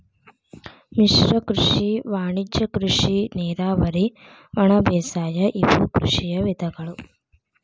ಮಿಶ್ರ ಕೃಷಿ ವಾಣಿಜ್ಯ ಕೃಷಿ ನೇರಾವರಿ ಒಣಬೇಸಾಯ ಇವು ಕೃಷಿಯ ವಿಧಗಳು